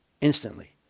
instantly